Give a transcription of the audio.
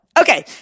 okay